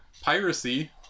piracy